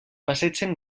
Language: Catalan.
passegen